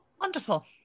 Wonderful